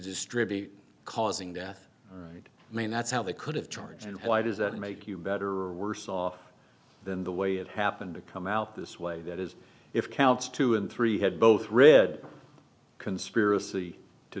distribute causing death i mean that's how they could have charged and why does that make you better or worse off than the way it happened to come out this way that is if counts two and three had both read conspiracy to